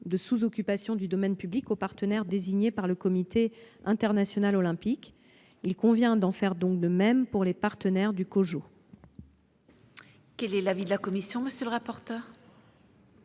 de sous-occupation du domaine public aux partenaires désignés par le Comité international olympique. Il convient de faire de même pour les partenaires du COJO. Quel est l'avis de la commission ? Cet amendement